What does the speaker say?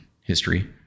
history